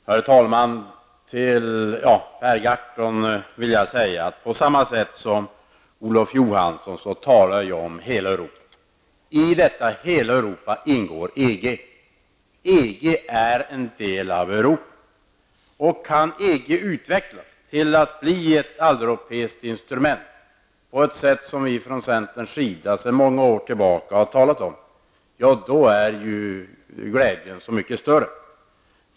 Herr talman! Jag vill till Per Gahrton säga att på samma sätt som Olof Johansson talar jag om hela Europa. I detta hela Europa ingår EG. EG är en del av Europa. Och om EG kan utvecklas till att bli ett alleuropeiskt instrument, på ett sätt som vi från centerns sida sedan många år har talat om, då är ju glädjen så mycket större.